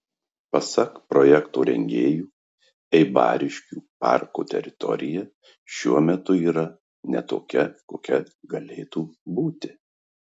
pasak projekto rengėjų eibariškių parko teritorija šiuo metu yra ne tokia kokia galėtų būti